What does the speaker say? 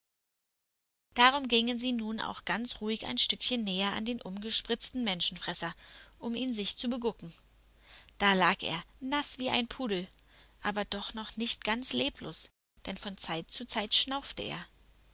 darum gingen sie nun auch ganz ruhig ein stückchen näher an den umgespritzten menschenfresser um ihn sich zu begucken da lag er naß wie ein pudel aber doch noch nicht ganz leblos denn von zeit zu zeit schnaufte er